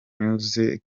kenshi